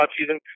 season